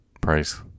price